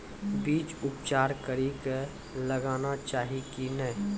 बीज उपचार कड़ी कऽ लगाना चाहिए कि नैय?